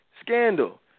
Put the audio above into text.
Scandal